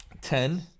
Ten